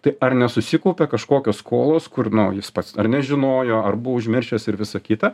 tai ar nesusikaupė kažkokios skolos kur nu jis pats ar nežinojo ar buvo užmiršęs ir visa kita